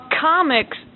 comics